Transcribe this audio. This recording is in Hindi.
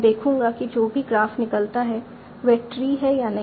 मैं देखूंगा कि जो भी ग्राफ निकलता है वह ट्री है या नहीं